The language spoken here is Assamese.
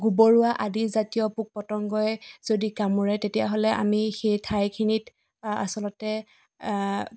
গোবৰুৱা আদি জাতীয় পোক পতংগই যদি কামোৰে তেতিয়াহ'লে আমি সেই ঠাইখিনিত আচলতে